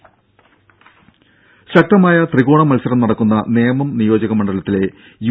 രംഭ ശക്തമായ ത്രികോണ മത്സരം നടക്കുന്ന നേമം നിയോജക മണ്ഡലത്തിലെ യു